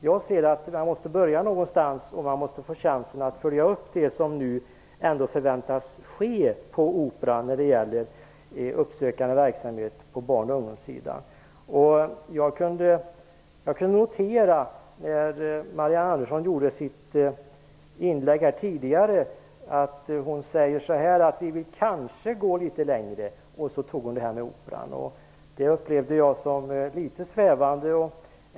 Jag anser att man måste börja någonstans, och man måste få chansen att följa upp det som nu ändå förväntas ske på Operan i form av uppsökande verksamhet för barn och ungdomar. Jag kan notera att Marianne Andersson i sitt tidigare inlägg sade att Centern kanske vill gå litet längre, och så tog hon Operan som exempel. Det upplevde jag som litet svävande.